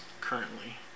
currently